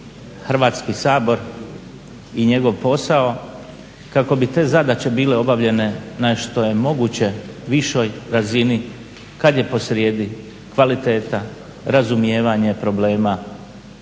Hrvatski sabor i njegov posao kako bi te zadaće bile obavljene na što je moguće višoj razini kada je po srijedi kvaliteta, razumijevanje problema